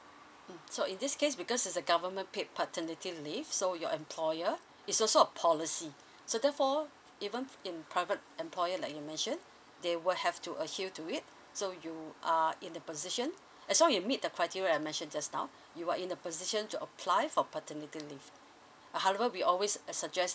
mm so in this case because is a government paid paternity leave so your employer is also a policy so therefore even in private employer like you mentioned they will have to adhere to it so you are in the position as long you meet the criteria I mention just now you are in a position to apply for paternity leave uh however we always suggest